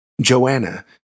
Joanna